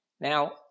Now